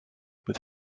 with